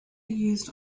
used